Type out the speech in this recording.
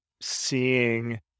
seeing